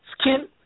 skin